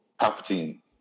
Palpatine